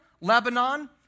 Lebanon